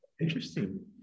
Interesting